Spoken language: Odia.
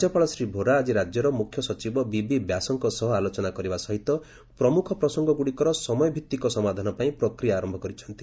ରାଜ୍ୟପାଳ ଶ୍ରୀ ଭୋରା ଆଜି ରାଜ୍ୟର ମୁଖ୍ୟ ସଚିବ ବିବି ବ୍ୟାସଙ୍କ ସହ ଆଲୋଚନା କରିବା ସହିତ ପ୍ରମୁଖ ପ୍ରସଙ୍ଗଗୁଡ଼ିକର ସମୟଭିତ୍ତିକ ସମାଧାନପାଇଁ ପ୍ରକ୍ରିୟା ଆରମ୍ଭ କରିଛନ୍ତି